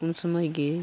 ᱩᱱ ᱥᱚᱢᱚᱭ ᱜᱮ